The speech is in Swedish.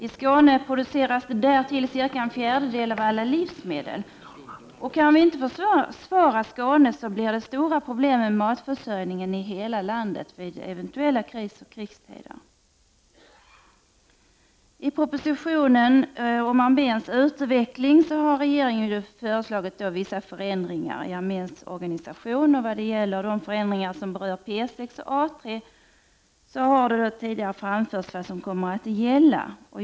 I Skåne produceras därtill cirka en fjärdedel av alla livsmedel. Kan vi inte försvara Skåne, blir det stora problem med matförsörjningen i hela landet i eventuella krisoch krigstider. I propositionen om arméns utveckling har regeringen föreslagit vissa förändringar i arméns organisation. Beträffande de förändringar som berör P 6 och A 3 har tidigare anförts vad som kommer att gälla.